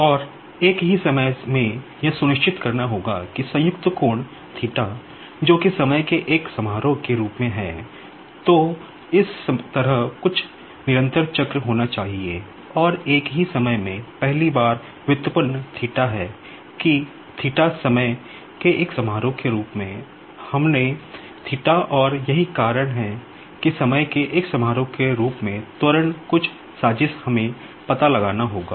और एक ही समय में यह सुनिश्चित करना होगा कि जॉइंट एंगल जो कि समय के एक फंक्शन है कि समय के एक फंक्शन के रूप में अपने और यही कारण है कि समय के एक फंक्शन हमें पता लगाना होगा